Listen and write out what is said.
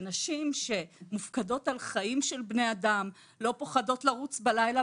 הן גם ידברו, הן לא יחכו עד לסיום